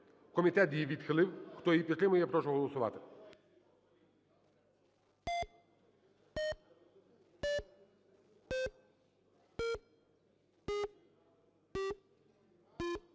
Комітет її відхилив. Хто її підтримує, я прошу голосувати.